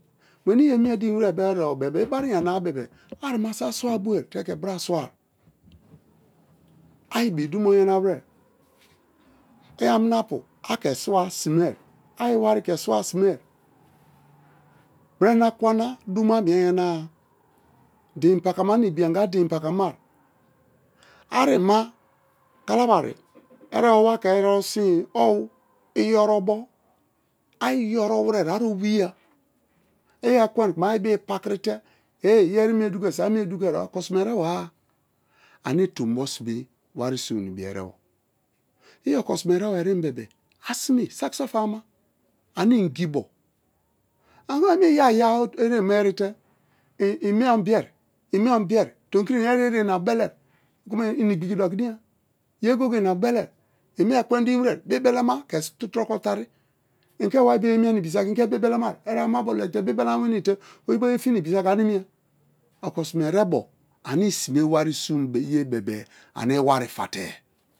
Weni yemi̱e din were bo̱ e̱re̱bo bebe-e ibara yana-a be̱be̱-e̱ arima so̱ asua bue te̱ ke̱ bra swai, i̱ ibi dumo yanawere iyamina-apu ake̱ suwa simoi, be̱re̱ na akwa na dumo amie yana-a die̱n pakama na ibi-agan a̱ dien pakamai, arima kalabari erebo wake̱ erebo sinye̱. Iyorobo a̱ owiya ị ekwen kuma a̱ ibii pakrite ehn iyeri̱ mie dugoi sakị a mie dugoi̱ okosime erebo-a, ane tombo sime warisu na ibi erebo i okosime erebo erim be̱be̱ asime saki so famama ane ingibo ani kuma me̱i yaya ereme-me erite i miye onbiye, i miye onbiye tomikiri i eriye goye-goye ina belari kuma inigbiki doki diya ye goye-goye ina belari i mie ekwendin we̱re̱ bi̱i̱ belema ke̱ tu̱ro̱ko̱ tari̱ i ke̱ wari bio ye mie na ibisaki i ke bii belemari erebo-ama-abo legite bi̱i̱ belema-wenii te oyibo ye fi na ibisaki animiya oko sime erebo ane i sime̱ wari suye be̱be̱-e̱ ane i̱wari̱ fate̱.